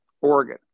Oregon